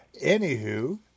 anywho